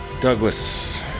Douglas